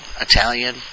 Italian